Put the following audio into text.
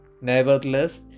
Nevertheless